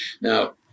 Now